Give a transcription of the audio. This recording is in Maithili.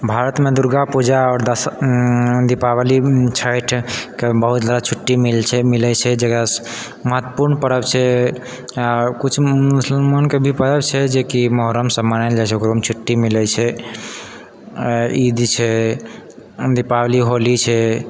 भारतमे दुर्गापूजा आओर दश दीपावली छैठके बहुत जादा छुट्टी मिलै छै जकरा महत्वपूर्ण पर्व छै आओर किछु मुसलमानके भी पर्व छै जेकि मुहर्रम सब मानल जाइ छै ओकरोमे छुट्टी मिलै छै ईद छै दीपावली होली छै